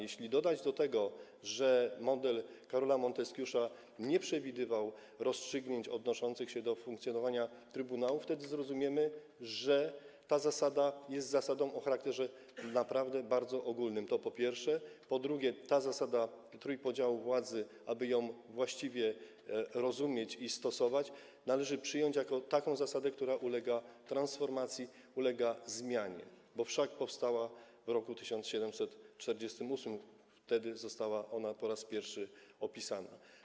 Jeśli dodamy do tego, że model Karola Monteskiusza nie przewidywał rozstrzygnięć odnoszących się do funkcjonowania trybunału, wtedy zrozumiemy, że ta zasada jest zasadą o charakterze naprawdę bardzo ogólnym, to po pierwsze, a po drugie, tę zasadę trójpodziału władzy, aby ją właściwie rozumieć i stosować, należy przyjąć jako taką zasadę, która ulega transformacji, ulega zmianie, bo wszak powstała w roku 1748, wtedy została ona po raz pierwszy opisana.